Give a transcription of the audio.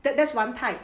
that that's one type